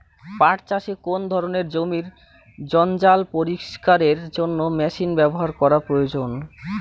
পাট চাষে কোন ধরনের জমির জঞ্জাল পরিষ্কারের জন্য মেশিন ব্যবহার করা প্রয়োজন?